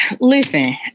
listen